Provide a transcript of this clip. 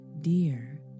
dear